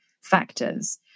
factors